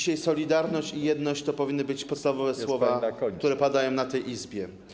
Solidarność i jedność - to powinny być dzisiaj podstawowe słowa, które padają w tej Izbie.